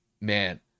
Man